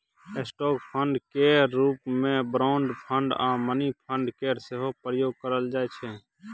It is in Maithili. स्टॉक फंड केर रूप मे बॉन्ड फंड आ मनी फंड केर सेहो प्रयोग करल जाइ छै